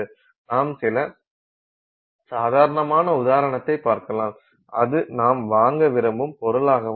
நாம் சில சாதாரணமான உதாரணத்தைப் பார்க்கலாம் அது நாம் வாங்க விரும்பும் பொருளாகவும் இருக்கலாம்